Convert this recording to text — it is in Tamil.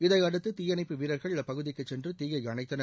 இதையடுத்து தீயணைப்பு வீரர்கள் அப்பகுதிக்குச் சென்று தீயை அணைத்தனர்